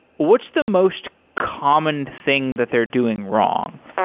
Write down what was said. what's the most common thing that they're doing wrong?